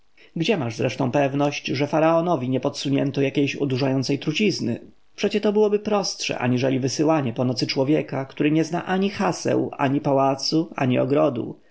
gdzie masz zresztą pewność że faraonowi nie podsunięto jakiejś odurzającej trucizny przecie to byłoby prostsze aniżeli wysyłanie po nocy człowieka który nie zna ani haseł ani pałacu ani ogrodu